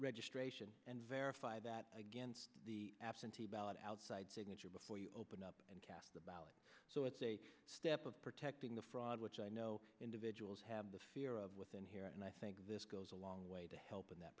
registration and verify that against the absentee ballot outside signature before you open up and cast the ballot so it's a step of protecting the fraud which i know individuals have the fear of within here and i think this goes a long way to help in that